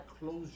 closure